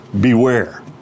Beware